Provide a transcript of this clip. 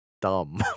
dumb